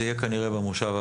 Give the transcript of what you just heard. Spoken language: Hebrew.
זה יהיה כנראה במושב הבא,